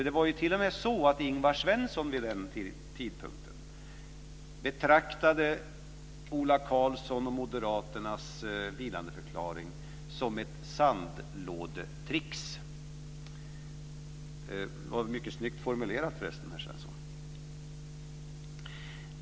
Det var t.o.m. så att Ingvar Svensson vid den tidpunkten betraktade Ola Karlssons och moderaternas vilandeförklaring som ett sandlådetricks. Det var mycket snyggt formulerat för resten, herr Svensson.